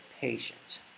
patient